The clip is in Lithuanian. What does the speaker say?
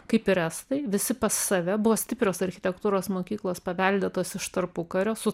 kaip ir estai visi pas save buvo stiprios architektūros mokyklos paveldėtos iš tarpukario su